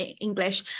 English